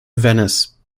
venice